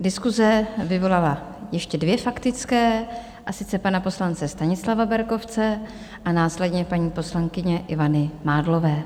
Diskuse vyvolala ještě dvě faktické, a sice pana poslance Stanislava Berkovce a následně paní poslankyně Ivany Mádlové.